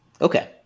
Okay